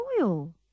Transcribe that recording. oil